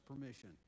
permission